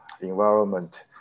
environment